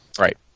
Right